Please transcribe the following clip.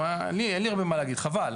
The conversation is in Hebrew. מה, אין לי, אין לי הרבה מה להגיד, חבל.